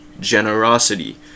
generosity